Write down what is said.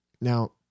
Now